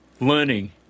learning